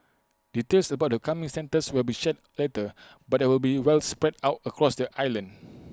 details about the coming centres will be shared later but they will be well spread out across their